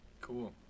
Cool